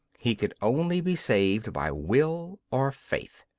he can only be saved by will or faith.